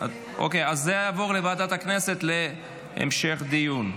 אוקיי, אז זה יעבור לוועדת הכנסת להמשך דיון.